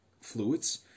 fluids